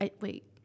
Wait